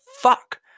fuck